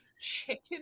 Chicken